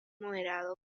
moderado